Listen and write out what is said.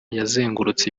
yazengurutse